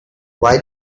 why